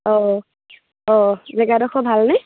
অঁ অঁ জেগাডোখৰ ভালনে